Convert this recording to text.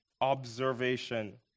observation